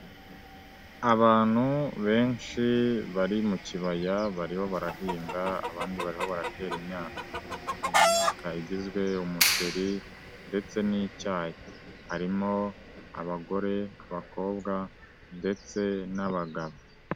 Abantu benshi bari mu kibaya bariho barahinga abandi baratera imyaka. Niyaka igizwe umuceri ndetse n'icyayi, harimo abagore, abakobwa ndetse n'abagabo.